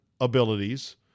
abilities